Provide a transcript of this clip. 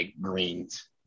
greens